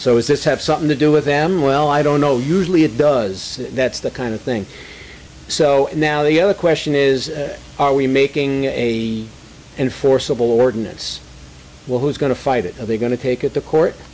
so is this have something to do with them well i don't know usually it does that's the kind of thing so now the other question is are we making a enforceable ordinance will who's going to fight it are they going to take it the court